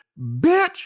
Bitch